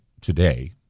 today